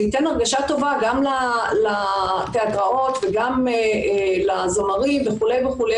זה ייתן הרגשה טובה גם לתיאטראות וגם לזמרים וכו' וכו',